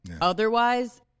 otherwise